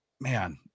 man